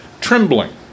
trembling